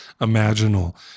imaginal